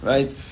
Right